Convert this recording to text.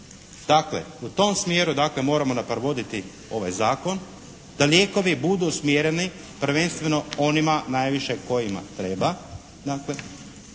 Dakle u tom smjeru moramo provoditi ovaj zakon, da lijekovi budu usmjereni prvenstveno onima najviše kojima treba